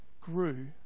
grew